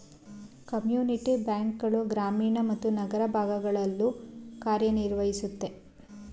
community bank ಗಳು ಗ್ರಾಮೀಣ ಮತ್ತು ನಗರ ಭಾಗಗಳಲ್ಲೂ ಕಾರ್ಯನಿರ್ವಹಿಸುತ್ತೆ